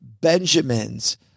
Benjamins